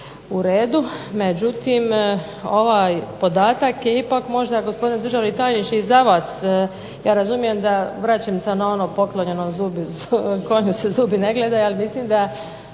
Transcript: u redu. Međutim, ovaj podatak je ipak možda gospodine državni tajniče i za vas, ja razumije da, vraćam se na ono poklonjenom konju se zubi ne gledaju, ali mislim da